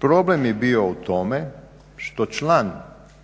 Problem je bio u tome što član